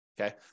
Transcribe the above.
okay